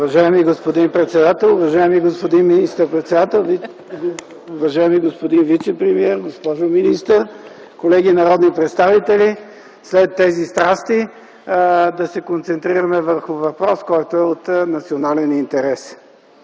Уважаема госпожо председател, уважаеми господин министър-председател, уважаеми господин вицепремиер, госпожо министър, колеги народни представители! След тези страсти да се концентрираме върху въпрос, който е от национален интерес.